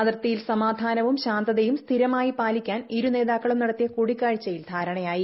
അതിർത്തിയിൽ സമാധാനവും ശാന്തതും സ്ഥിരമായി പാലിക്കാൻ ഇരുനേതാക്കളും നടത്തിയ കൂടിക്കാഴ്ചയിൽ ധാരണയായി